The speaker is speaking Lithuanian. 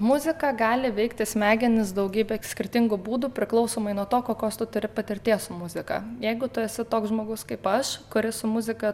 muzika gali veikti smegenis daugybe skirtingų būdų priklausomai nuo to kokios tu turi patirties su muzika jeigu tu esi toks žmogus kaip aš kuris su muzika